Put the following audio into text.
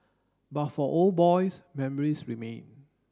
but for old boys memories remain